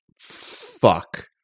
fuck